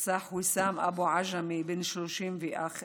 נרצח ויסאם אבו עג'מי, בן 31 מרהט.